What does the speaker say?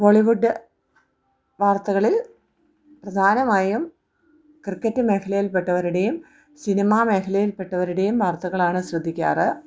ബോളിവുഡ് വാർത്തകളിൽ പ്രധാനമായും ക്രിക്കറ്റ് മേഖലയിൽ പെട്ടവരുടേയും സിനിമാ മേഖലയിൽ പെട്ടവരുടേയും വാർത്തകളാണ് ശ്രദ്ധിക്കാറുള്ളത്